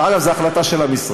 דרך אגב, זו החלטה של המשרד.